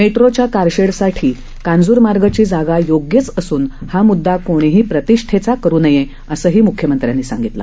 मेट्रोच्या कारशेडसाठी कांजुरमार्गची जागा योग्यच असुन हा मुददा कोणीही प्रतिष्ठेचा करु नये असंही मुख्यमंत्र्यांनी सांगितलं